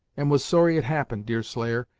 and was sorry it happened, deerslayer,